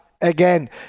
again